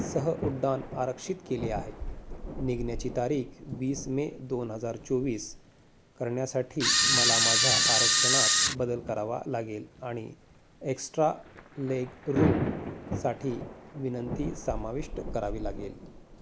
सह उड्डान आरक्षित केले आहे निघण्याची तारीख वीस मे दोन हजार चोवीस करण्यासाठी मला माझ्या आरक्षणात बदल करावा लागेल आणि एक्स्ट्रा लेगरूमसाठी विनंती समाविष्ट करावी लागेल